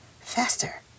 faster